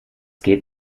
geht